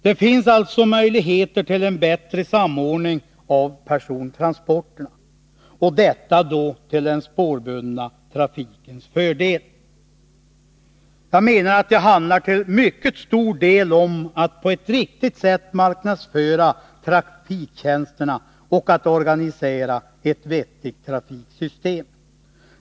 Det finns alltså möjligheter till en bättre samordning av persontransporterna, och detta då till den spårbundna trafikens fördel. Det handlar till mycket stor del om att på ett riktigt sätt marknadsföra trafiktjänsterna och att organisera ett vettigt trafiksystem.